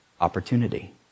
opportunity